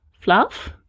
Fluff